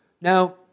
Now